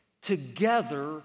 together